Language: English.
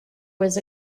was